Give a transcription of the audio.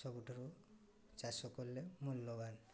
ସବୁଠାରୁ ଚାଷ କଲେ ମୂଲ୍ୟବାନ